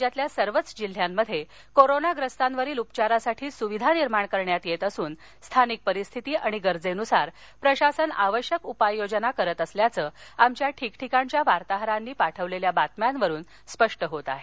राज्यातल्या सर्वच जिल्ह्यात कोरोनाग्रस्तांवरील उपचारासाठी सुविधा निर्माण करण्यात येत असुन स्थानिक परिस्थिती आणि गरजेनुसार प्रशासन आवश्यक उपाययोजना करत असल्याचं आमच्या ठिकठिकाणच्या वार्ताहरांनी पाठवलेल्या बातम्यांवरून स्पष्ट होतं